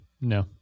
no